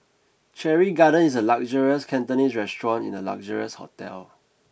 Cherry Garden is a luxurious Cantonese restaurant in a luxurious hotel